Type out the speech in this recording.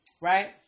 right